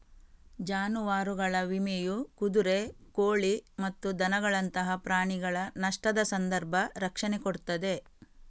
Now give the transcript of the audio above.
ಜಾನುವಾರುಗಳ ವಿಮೆಯು ಕುದುರೆ, ಕೋಳಿ ಮತ್ತು ದನಗಳಂತಹ ಪ್ರಾಣಿಗಳ ನಷ್ಟದ ಸಂದರ್ಭ ರಕ್ಷಣೆ ಕೊಡ್ತದೆ